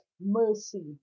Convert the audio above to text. mercy